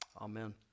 amen